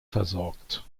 versorgt